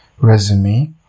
resume